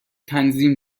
تنظیم